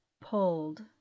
pulled